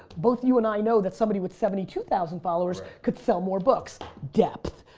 both you and i know that somebody with seventy two thousand followers could sell more books, depth.